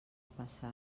passat